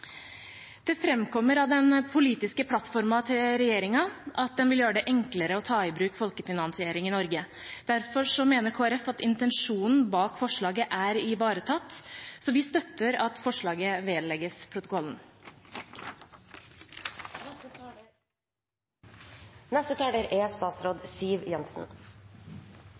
Det framkommer av den politiske plattformen til regjeringen at de vil gjøre det enklere å ta i bruk folkefinansiering i Norge. Derfor mener Kristelig Folkeparti at intensjonen bak forslaget er ivaretatt, så vi støtter at forslaget vedlegges protokollen.